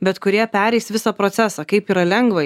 bet kurie pereis visą procesą kaip yra lengvai